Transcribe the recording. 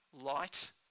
light